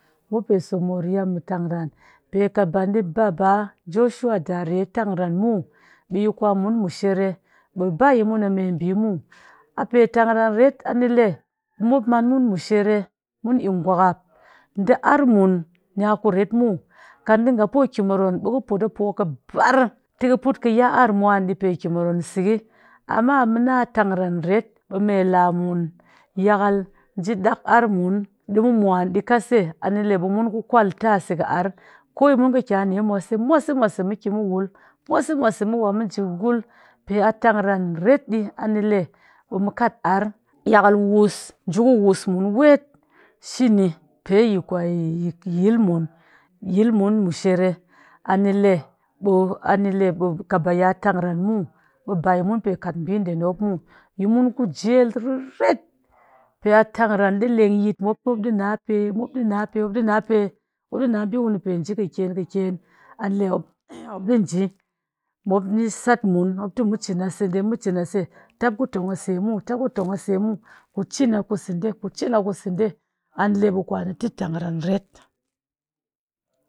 Mop pe so moriya mu tangran pe kat ba ɗi baba joshua dariye tangran muw ɓe kwamun mushere ɓe ba yi mun a meɓi muw, ape tangran ret anile mop man mun mushere mun ikngwakap ḏi arr mun nya kuret muw kat ḏi nga po ki moroon ɓe kɨ put a poo kɨbar tɨ kɨ put kɨ ya arr mwan ɗii pe ki moroon sikƙɨh, amma muna a ttangran ret ɓe me laa mun yakal njii ɗak'ar mun, ɗii mu mwan ɗikase anile ɓe mun ku kwalta se kɨ arr koyi mun kɨ ki ane mwase, mwase, mwase mu ki mu wul mwase mwase mu wa mu nji wul pe a tangran ret ɗii anile ɓe mu kat arr, yakal wuss njiku wuss mun weet shini pe yi kwe yilmun, yilmun mushere anile ɓe anile ɓe kat baya tangran muw ɓe bayi mun kat ɓiiɗe muw, yi mun ku njel rirtet pe a tangran ɗii leng yit mop ɓe mop ɗii nape, mop ɗinape, mop ɗinaɓii kuni pe kɨkyen kɨkyen anile mop ɗii nji, mop njisat mun mop tɨ mu cin ase mu cin ase, tap ku tong ase muw tap ku tong ase muw ku cin a kuseɗe ku cin aseɗe anile ɓe kwan a tɨ tangran ret